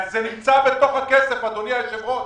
זה נמצא בתוך הכסף, אדוני היושב-ראש.